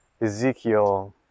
Ezekiel